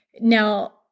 Now